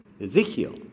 Ezekiel